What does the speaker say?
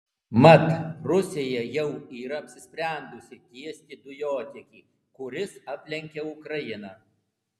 mat rusija jau yra apsisprendusi tiesti dujotiekį kuris aplenkia ukrainą